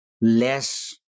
less